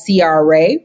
CRA